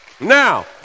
now